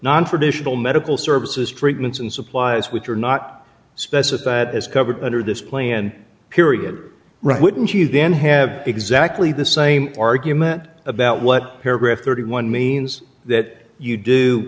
nontraditional medical services treatments and supplies which are not specify that is covered under this plan period right wouldn't you then have exactly the same argument about what paragraph thirty one dollars means that you do